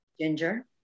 Ginger